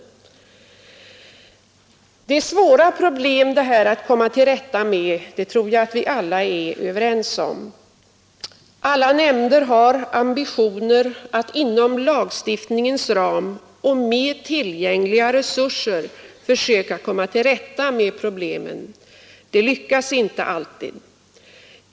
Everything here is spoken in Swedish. Att dessa problem är svåra att komma till rätta med tror jag att vi alla är överens om. Alla nämnder har ambitionen att inom lagstiftningens ram och med tillgängliga resurser försöka komma till rätta med problemen. Det lyckas inte alltid.